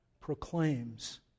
proclaims